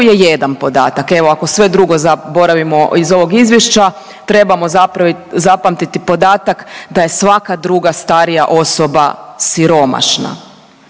je jedan podatak evo ako sve drugo zaboravimo iz ovog izvješća trebamo zapamtiti podataka da je svaka druga starija osoba siromašna.